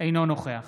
אינו נוכח